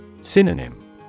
Synonym